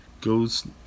goes